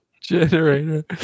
Generator